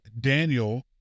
Daniel